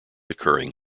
occurring